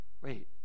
Wait